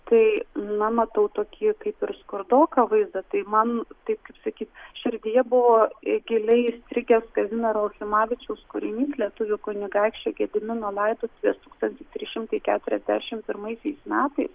tai na matau tokį kaip ir skurdoką vaizdą tai man taip kaip sakyt širdyje buvo giliai įstrigęs kazimiero okimavičiaus kūrinys lietuvių kunigaikščio gedimino laidotuvės tūkstantis trys šimtai keturiasdešimt pirmaisiais metais